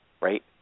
right